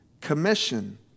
Commission